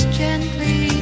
gently